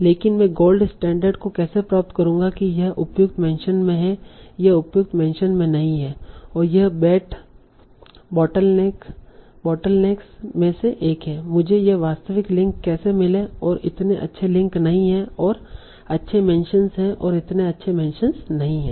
लेकिन मैं gold standard को कैसे प्राप्त करूंगा कि यह उपयुक्त मेंशन में है यह उपयुक्त मेंशन में नहीं है और यह बैट बोटलनेक्स में से एक है मुझे यह वास्तविक लिंक कैसे मिले और इतने अच्छे लिंक नहीं है और अच्छे मेंशनस हैं और इतने अच्छे मेंशनस नहीं है